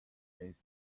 its